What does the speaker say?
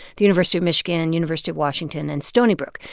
the university of michigan, university of washington and stony brook.